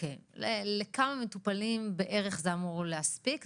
לכמה מטופלים בערך זה אמור להספיק?